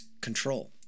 control